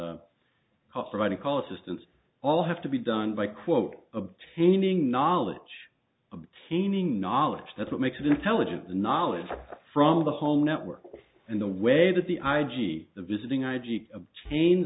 providing call assistance all have to be done by quote obtaining knowledge obtaining knowledge that's what makes it intelligence and knowledge from the home network and the way that the i g the visiting i g obtain